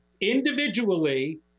individually